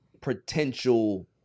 potential